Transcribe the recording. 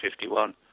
51